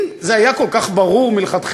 אם זה היה כל כך ברור מלכתחילה,